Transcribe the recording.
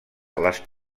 les